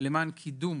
למען קידום